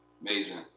Amazing